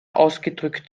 ausgedrückt